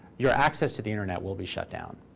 your access to the internet will be shut down.